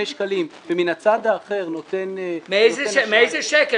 שקלים ומהצד האחר נותן -- מאיזה שקל,